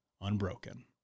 unbroken